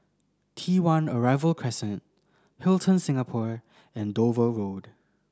T One Arrival Crescent Hilton Singapore and Dover Road